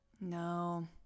No